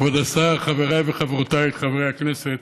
כבוד השר, חבריי וחברותיי חברי הכנסת,